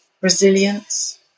resilience